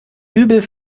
übel